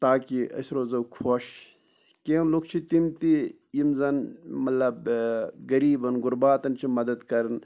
تاکہِ أسۍ روزَو خۄش کینٛہہ لُکھ چھِ تِم تہِ یِم زَن مطلب غٔریٖبَن غُرباتَن چھِ مَدد کَران